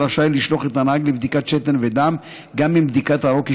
רשאי לשלוח את הנהג לבדיקות שתן ודם גם אם בדיקת הרוק היא